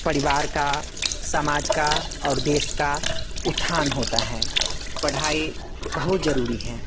परिवार का समाज का और देश का उत्थान होता है पढ़ाई बहुत ज़रूरी है